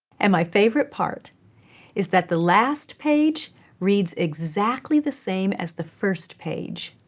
and my favorite part is that the last page reads exactly the same as the first page,